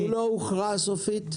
-- לא הוכרע סופית?